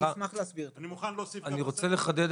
הם הלקוח.